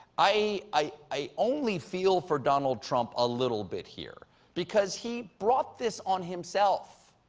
i i only feel for donald trump a little bit here because he brought this on himself.